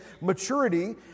maturity